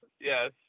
Yes